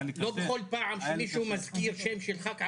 כל פעם שמישהו מזכיר שם של חבר כנסת ערבי,